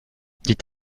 dit